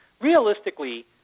Realistically